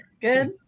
Good